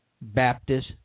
Baptist